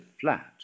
flat